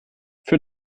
für